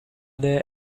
there